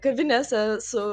kavinėse su